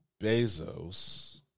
Bezos